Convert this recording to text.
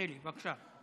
חילי, בבקשה.